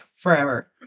forever